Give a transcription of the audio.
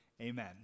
Amen